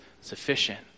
sufficient